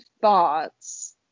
thoughts